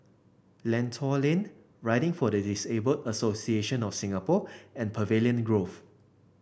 Lentor Lane Riding for the Disabled Association of Singapore and Pavilion Grove